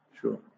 Sure